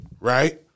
Right